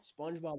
SpongeBob